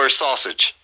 sausage